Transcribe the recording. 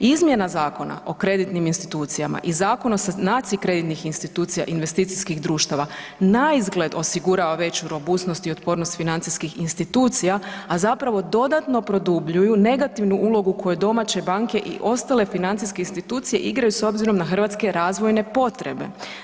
Izmjena Zakona o kreditnim institucijama i Zakon o sanaciji kreditnih institucija i investicijskih društava naizgled osigurava veću robusnost i otpornost financijskih institucija, a zapravo dodatno produbljuju negativnu ulogu koje domaće banke i ostale financijske institucije igraju s obzirom na hrvatske razvojne potrebe.